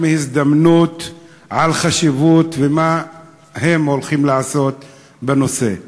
מהזדמנות אחת מדברים על החשיבות ומה הם הולכים לעשות בנושא.